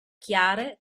chiare